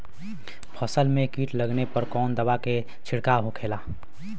फसल में कीट लगने पर कौन दवा के छिड़काव होखेला?